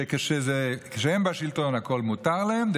שכשהם בשלטון מותר להם הכול,